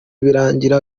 birangira